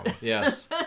Yes